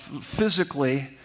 physically